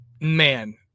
man